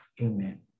Amen